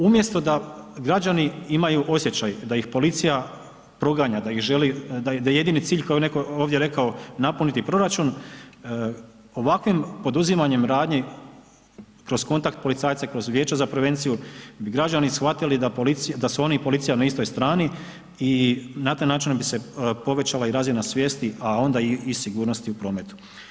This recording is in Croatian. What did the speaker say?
Umjesto da građani imaju osjećaj da ih policija proganja, da ih želi, da je jedini cilj koji je netko ovdje rekao napuniti proračun, ovakvim poduzimanjem radnji kroz kontakt policajaca i kroz Vijeće za prevenciju bi građani shvatili da su oni i policija na istoj strani i na taj način bi se povećala i razina svijesti a onda i sigurnosti u prometu.